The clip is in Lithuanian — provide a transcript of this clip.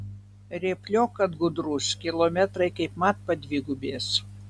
rėpliok kad gudrus kilometrai kaip mat padvigubės